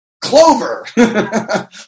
clover